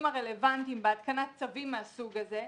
הרלוונטיים בהתקנת צווים מהסוג הזה,